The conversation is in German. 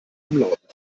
umlauten